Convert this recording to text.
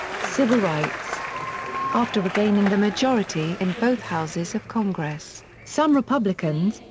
civil rights after regaining the majority in both houses of congress, some republicans,